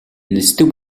нисдэг